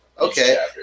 Okay